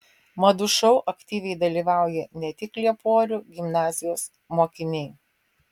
madų šou aktyviai dalyvauja ne tik lieporių gimnazijos mokiniai